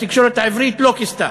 התקשורת העברית לא כיסתה.